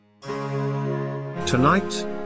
tonight